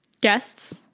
Guests